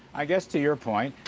i guess to your point,